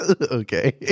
Okay